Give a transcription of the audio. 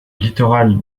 littoral